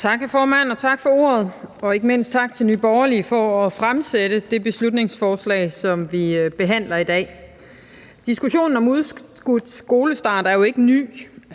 Tak for ordet, hr. formand, og ikke mindst tak til Nye Borgerlige for at fremsætte det beslutningsforslag, som vi behandler i dag. Diskussionen om udskudt skolestart er jo ikke ny,